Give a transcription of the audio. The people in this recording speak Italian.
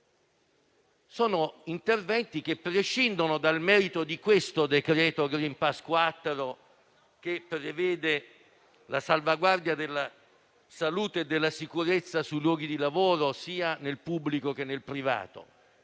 fatto interventi che prescindono dal merito di questo decreto *green* *pass* 4, che prevede la salvaguardia della salute e della sicurezza sui luoghi di lavoro sia nel pubblico che nel privato.